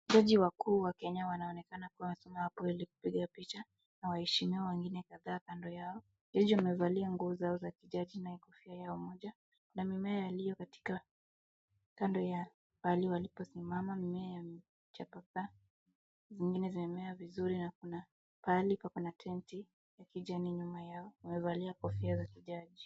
Jaji wakuu wa Kenya wanaonekana kuwa wamesoma hapo ili kupiga picha na waheshimiwa wengine kadhaa kando yao. Jaji amevalia nguo zao za kijani na kofia yao moja, na mimea iliyo katika kando ya pahali waliposimama. Mimea ya chapakazi zingine zimemea vizuri na kuna pahali pako na tenti ya kijani nyuma yao. Wamevalia kofia za kijaji.